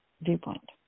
Viewpoint